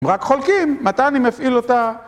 רק חולקים, מתי אני מפעיל אותה?